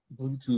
bluetooth